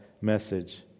message